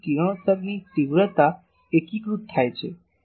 તેથી કિરણોત્સર્ગની તીવ્રતા એકીકૃત થાય છે